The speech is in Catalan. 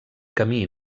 camí